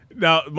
Now